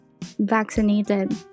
vaccinated